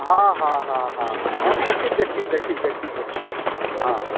ହଁ ହଁ ହଁ ହଁ ହଁ ହଁ ମୁଁ ଦେଖିଛି ଦେଖିଛି ଦେଖିଛି ଦେଖିଛି ଦେଖିଛି ହଁ